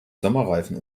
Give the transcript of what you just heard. sommerreifen